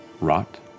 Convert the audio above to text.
rot